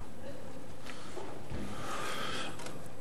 יעקב מרגי.